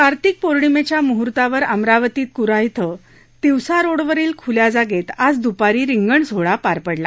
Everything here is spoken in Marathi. कार्तिक पौर्णिमेच्या मुहूर्तावर अमरावतीत कुन्हा येथे तिवसा रोडवरील खुल्या जागेत आज दूपारी रिंगण सोहळा पार पडला